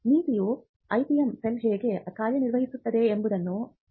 ನೀತಿಯು IPM cell ಹೇಗೆ ಕಾರ್ಯನಿರ್ವಹಿಸುತ್ತದೆ ಎಂಬುದನ್ನು ತಿಳಿಸುತ್ತದೆ